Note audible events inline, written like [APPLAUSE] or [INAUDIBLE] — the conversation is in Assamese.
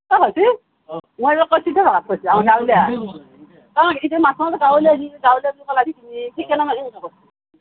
অঁ হৈছে অঁ [UNINTELLIGIBLE] গাৱঁলীয়া বুলি গাঁৱলীয়া বুলি ক'লা যে তুমি সেইকাৰানে মই এনেকৈ কৈছোঁ [UNINTELLIGIBLE]